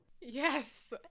Yes